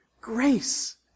grace